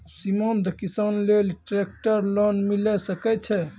सीमांत किसान लेल ट्रेक्टर लोन मिलै सकय छै?